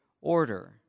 order